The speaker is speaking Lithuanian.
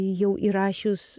jau įrašius